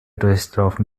durchlaufen